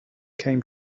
came